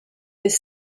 his